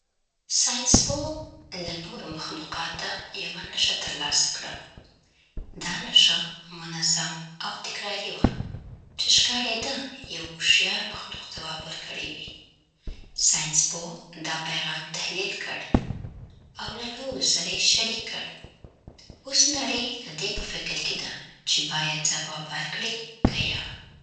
ساینس‌پوه له نورو مخلوقاتو یوه نښه تر لاسه کړه. دا نښه منظم او تکراري وه، چې ښکارېده یو هوښیار مخلوق ځواب ورکړی وي. ساینس‌پوه دا پیغام تحلیل کړ او له نورو سره یې شریک کړ. اوس نړۍ د دې په فکر کې ده چې باید ځواب ورکړي که یا؟